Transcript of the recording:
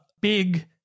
big